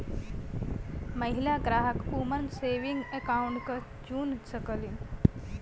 महिला ग्राहक woman saving account क चुन सकलीन